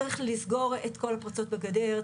צריך לסגור את כל הפרצות בגדר.